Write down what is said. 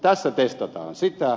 tässä testataan sitä